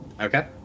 Okay